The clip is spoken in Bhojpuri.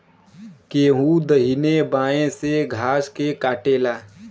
केहू दहिने बाए से घास के काटेला